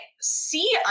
see